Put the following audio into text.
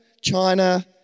China